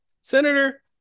senator